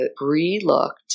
re-looked